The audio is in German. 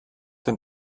den